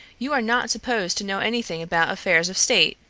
you are not supposed to know anything about affairs of state.